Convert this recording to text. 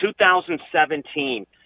2017